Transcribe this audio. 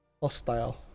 hostile